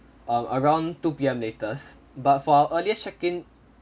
um around two P_M latest but for our earliest check in